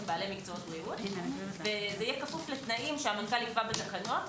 בעלי מקצועות בריאות וזה יהיה כפוף לתנאים שהמנכ"ל יקבע בתקנות.